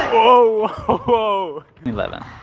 oh eleven